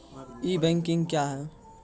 ई banking क्या हैं?